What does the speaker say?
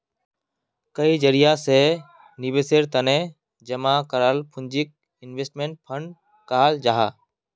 कई जरिया से निवेशेर तने जमा कराल पूंजीक इन्वेस्टमेंट फण्ड कहाल जाहां